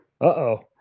Uh-oh